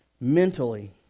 mentally